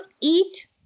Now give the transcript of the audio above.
eat